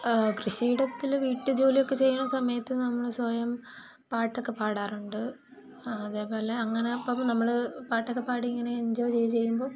കൃഷിയിടത്തിൽ വീട്ടുജോലി ഒക്കെ ചെയ്യുന്ന സമയത്ത് നമ്മള് സ്വയം പാട്ടൊക്കെ പാടാറുണ്ട് അതേപോലെ അങ്ങനെ അപ്പോൾ നമ്മൾ പാട്ടൊക്കെ പാടി ഇങ്ങനെ എൻജോയ് ചെയ്യുമ്പോൾ